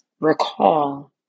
recall